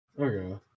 Okay